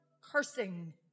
cursing